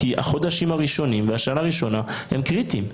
כי החודשים הראשונים והשנה הראשונה הם קריטיים.